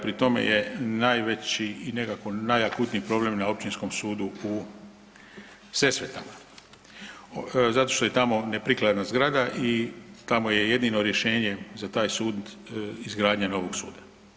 Pri tome je najveći i nekako najakutniji problem na Općinskom sudu u Sesvetama zato što je tamo neprikladna zgrada i tamo je jedino rješenje za taj sud izgradnja novog suda.